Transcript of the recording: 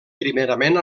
primerament